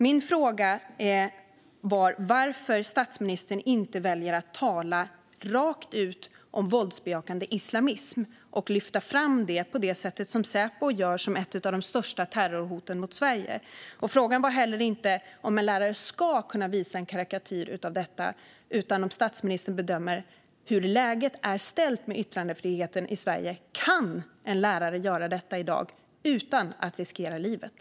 Min fråga var varför statsministern väljer att inte tala rakt ut om våldsbejakande islamism och lyfta fram det på det sätt som Säpo gör, som ett av de största terrorhoten mot Sverige. Frågan var heller inte om en lärare ska kunna visa en karikatyr, utan frågan var hur statsministern bedömer att det är ställt med yttrandefriheten i Sverige och om en lärare kan göra så i dag utan att riskera livet?